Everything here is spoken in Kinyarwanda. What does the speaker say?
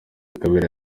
kabera